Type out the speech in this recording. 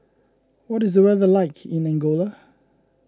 what is the weather like in Angola